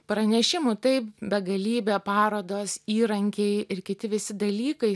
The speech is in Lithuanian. pranešimų taip begalybė parodos įrankiai ir kiti visi dalykai